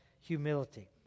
humility